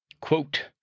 Quote